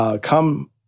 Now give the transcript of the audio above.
come